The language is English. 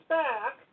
back